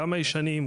גם הישנים,